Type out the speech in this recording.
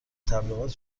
تبلیغات